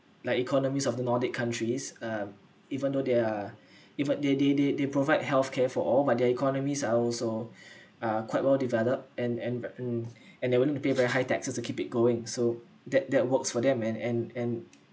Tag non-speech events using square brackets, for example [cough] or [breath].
like economies of the nordic countries um even though they're even they they they they provide health care for all but their economies are also [breath] uh quite well developed and and and they're willing to pay very high taxes to keep it going so that that works for them and and and